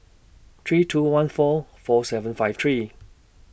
three two one four four seven five three